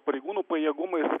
pareigūnų pajėgumais